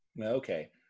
Okay